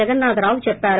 జగన్నాధరావు చెప్పారు